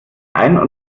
ein